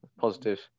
positive